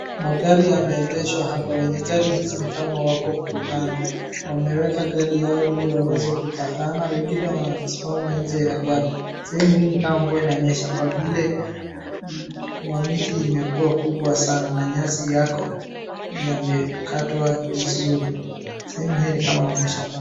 Magari yameegeshwa hapa ,wenye gari hizi ni kama wako mkutano, wameweka gari yao ili waweze kupatana. Wengine wamesimama nje ya gari, sehemu hii ni kama mvua inanyesha kwa vile mamiti iko kubwa sana na nyasi yako yamekatwa vizuri, sehemu hii ni kama ni mashambani.